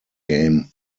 game